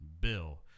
bill